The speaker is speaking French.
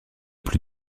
plus